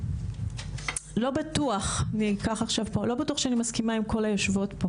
לא בטוח שאני מסכימה עם כל היושבות פה